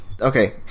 okay